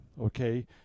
okay